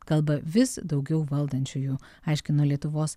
kalba vis daugiau valdančiųjų aiškino lietuvos